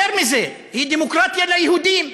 יותר מזה, היא דמוקרטיה ליהודים,